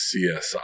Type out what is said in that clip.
CSI